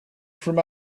from